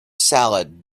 salad